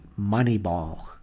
Moneyball